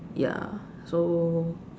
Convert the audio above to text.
ya so